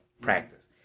practice